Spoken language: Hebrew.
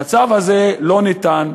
המצב הזה לא ניתן.